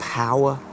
power